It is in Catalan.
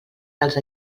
dels